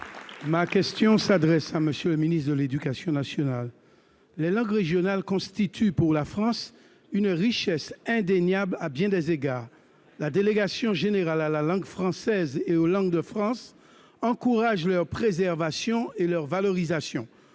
Ma question s'adresse à M. le ministre de l'éducation nationale. Les langues régionales constituent, pour la France, une richesse indéniable à bien des égards. La Délégation générale à la langue française et aux langues de France encourage leur préservation et contribue à leur valorisation.